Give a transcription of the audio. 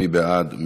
מי בעד?